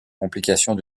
complications